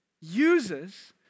uses